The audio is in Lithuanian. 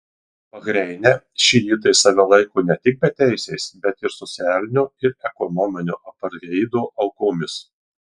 bahreine šiitai save laiko ne tik beteisiais bet ir socialinio ir ekonominio apartheido aukomis